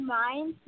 mind